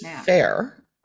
fair